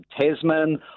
Tasman